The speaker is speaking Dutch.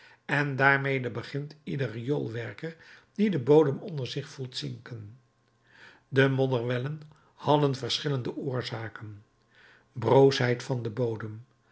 en daarmede begint ieder rioolwerker die den bodem onder zich voelt zinken de modderwellen hadden verschillende oorzaken broosheid van den bodem